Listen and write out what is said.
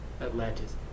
Atlantis